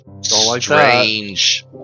strange